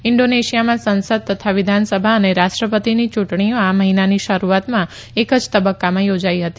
ઈન્ડોનેશિયામાં સંસદ તથા વિધાનસભા અને રાષ્ટ્રપતિની યુંટણીઓ આ મહિનાની શરૂઆતમાં એક જ તબકકામાં યોજાઈ હતી